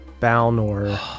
Balnor